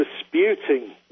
disputing